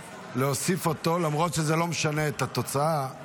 להוסיף אותו, למרות שזה לא משנה את התוצאה.